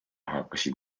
hakkasid